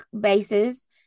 bases